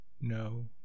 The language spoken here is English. No